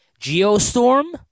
Geostorm